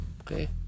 Okay